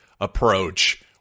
approach